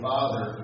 Father